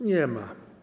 Nie ma.